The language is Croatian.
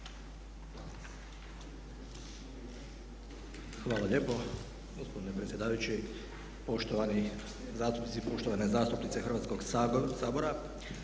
Hvala lijepo gospodine predsjedavajući, poštovani zastupnici i poštovane zastupnice Hrvatskog sabora.